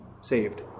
saved